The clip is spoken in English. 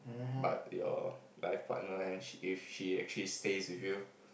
but your life partner and she if she actually stays with you